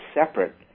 separate